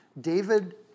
David